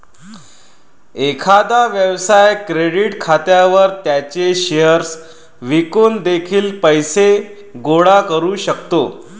एखादा व्यवसाय क्रेडिट खात्यावर त्याचे शेअर्स विकून देखील पैसे गोळा करू शकतो